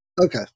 Okay